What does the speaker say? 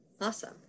Awesome